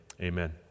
amen